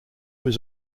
was